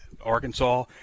Arkansas